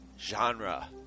genre